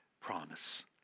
promise